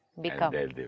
become